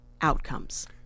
outcomes